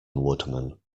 woodman